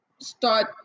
start